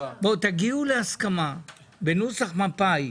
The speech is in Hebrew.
תגיעו להסכמה בנוסח מפא"י,